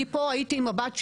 אני פה הייתי עם הבת שלי,